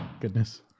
goodness